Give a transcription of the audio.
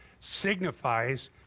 signifies